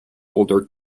older